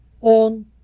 on